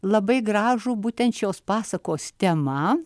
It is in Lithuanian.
labai gražų būtent šios pasakos tema